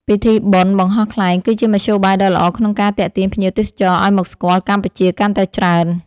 ពិធីបុណ្យបង្ហោះខ្លែងគឺជាមធ្យោបាយដ៏ល្អក្នុងការទាក់ទាញភ្ញៀវទេសចរឱ្យមកស្គាល់កម្ពុជាកាន់តែច្រើន។